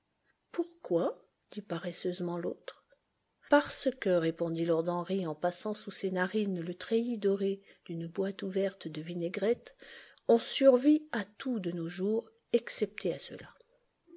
pourquoi dit paresseusement l'autre parce que répondit lord henry en passant sous ses narines le treillis doré d'une boîte ouverte de vinaigrette on survit à tout de nos jours excepté à cela